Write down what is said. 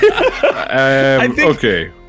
Okay